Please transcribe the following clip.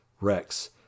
Rex